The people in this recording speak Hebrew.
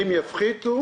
אם יפחיתו